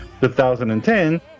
2010